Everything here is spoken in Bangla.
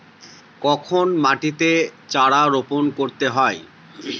কখন মাটিতে চারা রোপণ করতে হয়?